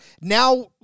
Now